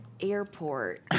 Airport